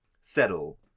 Settle